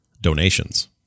donations